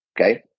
okay